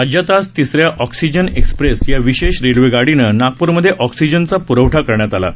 राज्यात आज तिसऱ्या ऑक्सीजन एक्सप्रेस या विशेष रेल्वेगाडीनं नागप्रमध्ये ऑक्सीजनचा प्रवठा करण्यात आला आहे